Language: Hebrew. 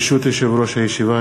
ברשות יושב-ראש הישיבה,